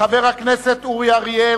חבר הכנסת אורי אריאל,